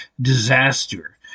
disaster